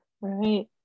Right